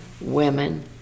women